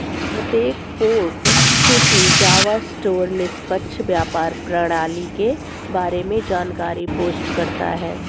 प्रत्येक port city Java store निष्पक्ष व्यापार प्रणाली के बारे में जानकारी पोस्ट करता है